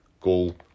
goal